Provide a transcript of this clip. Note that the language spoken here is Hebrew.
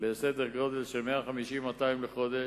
לסדר גודל של 150 200 לחודש,